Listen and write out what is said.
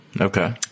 Okay